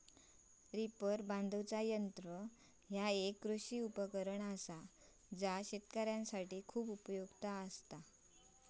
reaper बांधुचा यंत्र ह्या एक कृषी उपकरण असा जा शेतकऱ्यांसाठी खूप उपयुक्त असा